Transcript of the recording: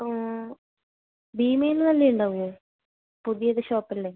ആ ഭീമയിൽ നിന്ന് നല്ലത് ഉണ്ടാവുമോ പുതിയ ഒരു ഷോപ്പല്ലേ